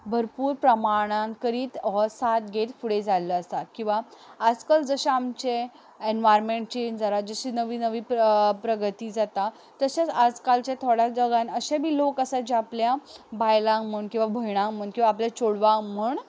भरपूर प्रमाणांत करीत हो साथ घेयत फुडें जाल्लो आसा किंवां आजकाल जशें आमचें एन्वायर्मेंट चॅंज जालां जशीं नवीं नवीं प्र प्रगती जाता तशेंच आजकालचे थोड्या जगांत अशे बी लोक आसा जे आपल्या बायलांक म्हण किंवां भयणांक म्हण किंवां आपल्या चोडवांक म्हण